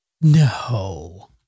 No